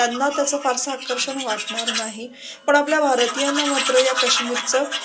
त्यांना त्याचं फारसं आकर्षण वाटणार नाही पण आपल्या भारतीयांना मात्र या कश्मीरचं